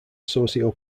socio